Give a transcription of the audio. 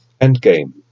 Endgame